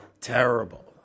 Terrible